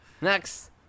Next